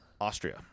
Austria